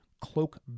cloak